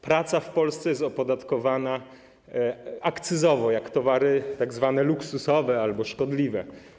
Praca w Polsce jest opodatkowana akcyzowo, jak towary tzw. luksusowe albo szkodliwe.